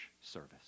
service